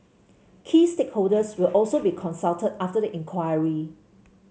key stakeholders will also be consulted after the inquiry